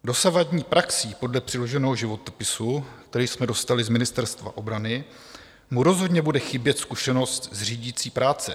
V dosavadní praxí podle přiloženého životopisu, který jsme dostali z Ministerstva obrany, mu rozhodně bude chybět zkušenost z řídící práce.